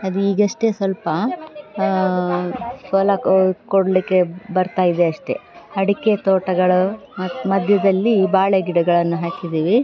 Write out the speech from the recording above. ಅದು ಈಗಷ್ಟೇ ಸ್ವಲ್ಪ ಫಲ ಕೊಡಲಿಕ್ಕೆ ಬರ್ತಾ ಇದೆ ಅಷ್ಟೇ ಅಡಿಕೆ ತೋಟಗಳು ಮಧ್ಯದಲ್ಲಿ ಬಾಳೆಗಿಡಗಳನ್ನು ಹಾಕಿದ್ದೀವಿ